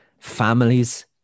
families